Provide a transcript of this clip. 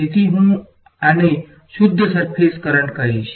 તેથી હું આને શુદ્ધ સર્ફેસ કરંટ કહીશ